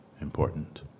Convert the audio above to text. important